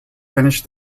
finished